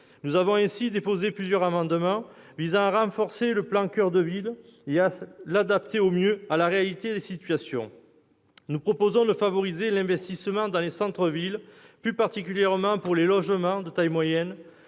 Nous avons ainsi déposé plusieurs amendements visant à renforcer le plan « Action coeur de ville » et à l'adapter au mieux à la réalité des situations. Nous proposons de favoriser l'investissement dans les centres-villes, plus particulièrement pour les logements de taille moyenne,